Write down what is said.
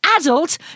adult